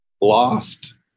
Lost